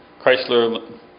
Chrysler